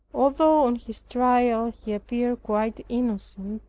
although on his trial he appeared quite innocent,